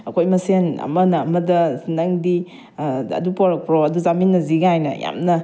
ꯑꯩꯈꯣꯏ ꯃꯁꯦꯟ ꯑꯃꯅ ꯑꯃꯗ ꯑꯁ ꯅꯪꯗꯤ ꯑꯗꯨ ꯄꯨꯔꯛꯄ꯭ꯔꯣ ꯑꯗꯨ ꯆꯠꯃꯤꯟꯅꯁꯤ ꯀꯥꯏꯅ ꯌꯥꯝꯅ